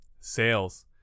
sales